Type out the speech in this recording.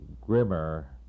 grimmer